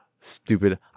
stupid